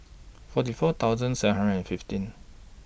forty four thousand seven hundred and fifteen